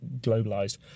globalized